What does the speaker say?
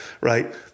right